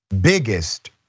biggest